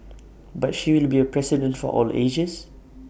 but she will be A president for all the ages